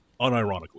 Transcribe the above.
Unironically